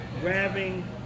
grabbing